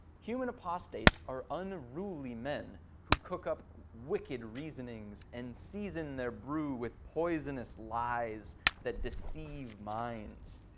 human apostates are unruly men who cook up wicked reasonings and season their brew with poisonous lies that deceive minds.